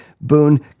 Boone